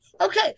okay